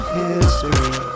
history